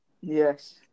Yes